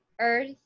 earth